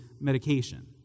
medication